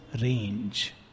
range